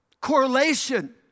correlation